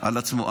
על עצמו.